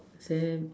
say